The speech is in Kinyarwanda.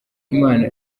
imana